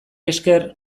esker